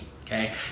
okay